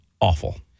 awful